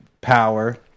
power